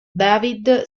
david